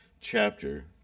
chapter